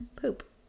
Poop